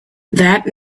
that